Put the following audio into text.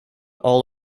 all